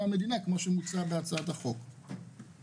המדינה כמו שמוצע בהצעת החוק הנדונה היום.